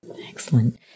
Excellent